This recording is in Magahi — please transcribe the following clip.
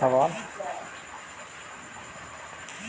कीटनाशक से जुड़ल सवाल?